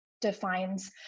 defines